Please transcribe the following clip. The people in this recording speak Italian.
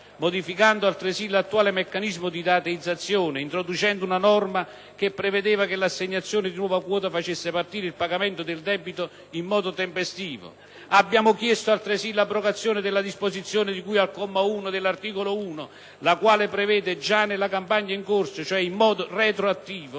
modificando altresì l'attuale meccanismo di rateizzazione, introducendo una norma che prevedeva che l'assegnazione di nuova quota facesse partire il pagamento del debito in modo tempestivo. Abbiamo chiesto altresì l'abrogazione della disposizione di cui al comma 1 dell'articolo 1, la quale prevede, già nella campagna in corso, cioè in modo retroattivo,